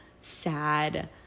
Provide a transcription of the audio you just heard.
sad